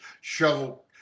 shovel